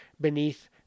beneath